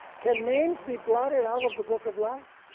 can names be blotted out of the book of life?